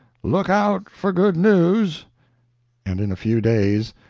look out for good news and in a few days,